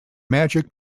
magic